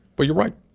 but you're right.